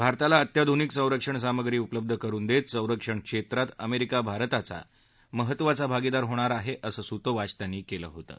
भारताला अत्याधुनिक संरक्षण सामग्री उपलब्ध करून देत संरक्षण क्षेत्रात अमेरिका भारताचा महत्त्वाचा भागीदार होणार आहे असं सूतोवाच त्यांनी काल केलं होतं